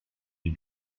des